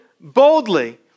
boldly